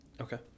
okay